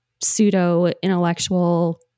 pseudo-intellectual